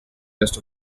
west